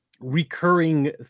recurring